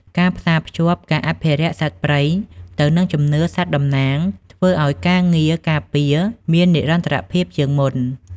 ការផ្សារភ្ជាប់ការអភិរក្សសត្វព្រៃទៅនឹងជំនឿសត្វតំណាង ធ្វើឱ្យការងារការពារមាននិរន្តរភាពជាងមុន។